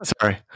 sorry